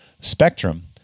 spectrum